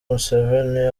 museveni